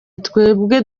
twebwe